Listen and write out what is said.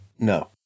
No